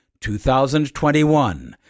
2021